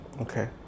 Okay